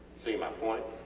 see my point?